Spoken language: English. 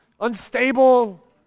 unstable